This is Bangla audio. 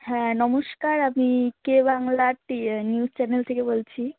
হ্যাঁ নমস্কার আমি কে বাংলাটি নিউস চ্যানেল থেকে বলছি